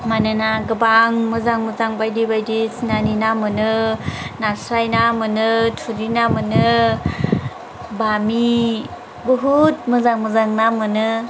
मानोना गोबां मोजां मोजां बायदि बायदिसिनानि ना मोनो नास्राइ ना मोनो थुरि ना मोनो बामि बहुद मोजां मोजां ना मोनो